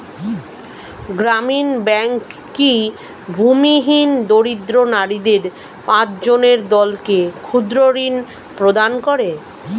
গ্রামীণ ব্যাংক কি ভূমিহীন দরিদ্র নারীদের পাঁচজনের দলকে ক্ষুদ্রঋণ প্রদান করে?